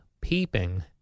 peeping